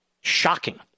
shocking